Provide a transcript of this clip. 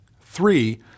Three